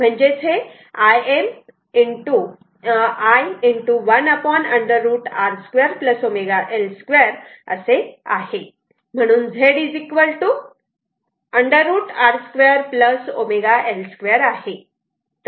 म्हणजेच Im i 1 √ R 2 ω L 2 असे आहे म्हणून Z √ R 2 ω L 2 आहे